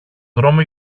δρόμο